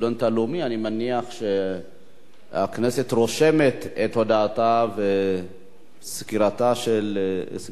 אני מניח שהכנסת רושמת את הודעתה וסקירתה של סגנית השר,